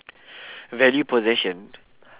value possession